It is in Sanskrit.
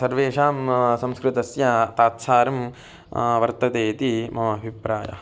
सर्वेषां संस्कृतस्य तत्सारं वर्तते इति मम अभिप्रायः